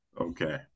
Okay